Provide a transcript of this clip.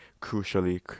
crucially